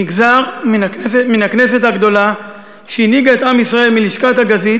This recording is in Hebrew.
נגזר מן הכנסת הגדולה שהנהיגה את עם ישראל מלשכת הגזית